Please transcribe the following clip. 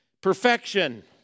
perfection